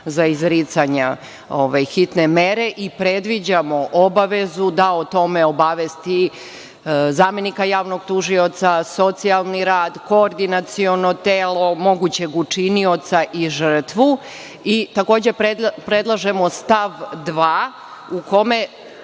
za izricanja hitne mere i predviđamo obavezu da o tome obavesti zamenika javnog tužioca, socijalni rad, koordinaciono telo, mogućeg učinioca i žrtvu. Takođe, predlažemo stav 2. u kome